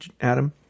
Adam